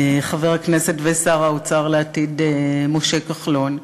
חבר הכנסת ושר האוצר לעתיד משה כחלון,